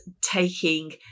taking